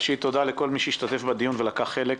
ראשית, תודה לכל מי שהשתתף בדיון ולקח בו חלק.